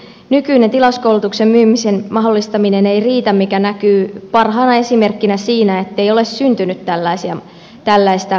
nykyinen tilauskoulutuksen myymisen mahdollisuus ei riitä mikä näkyy parhaana esimerkkinä siinä ettei ole syntynyt tällaista markkinaa